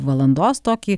valandos tokį